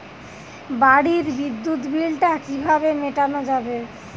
বাড়ির বিদ্যুৎ বিল টা কিভাবে মেটানো যাবে?